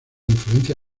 influencia